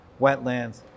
wetlands